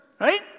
right